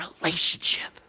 relationship